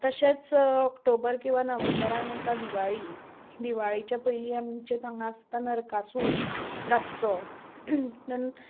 तशेंच ऑक्टोबर किंवां नोव्हेंबरान येता दिवाळी दिवाळीच्या पयलीं आमचे हांगा आसता नरकासूर रातचो